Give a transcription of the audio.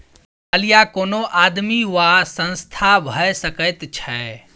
दिवालिया कोनो आदमी वा संस्था भए सकैत छै